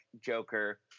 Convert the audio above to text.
Joker